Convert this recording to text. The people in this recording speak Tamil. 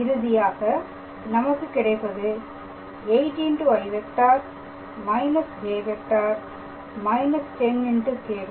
இறுதியாக நமக்கு கிடைப்பது 8i − j − 10k̂